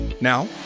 Now